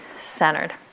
centered